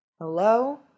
Hello